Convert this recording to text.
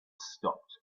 stopped